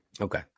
Okay